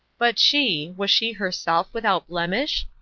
but she was she herself without blemish?